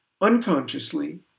Unconsciously